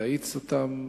להאיץ אותם.